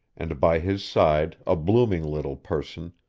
and by his side a blooming little person,